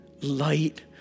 light